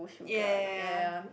ya ya ya ya